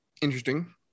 interesting